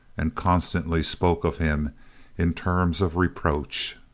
and constantly spoke of him in terms of reproach.